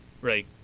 Right